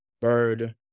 Bird